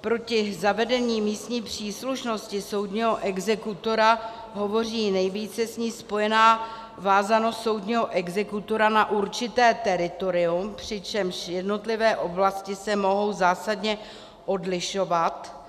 Proti zavedení místní příslušnosti soudního exekutora hovoří nejvíce s ní spojená vázanost soudního exekutora na určité teritorium, přičemž jednotlivé oblasti se mohou zásadně odlišovat